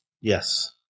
Yes